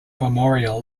memorial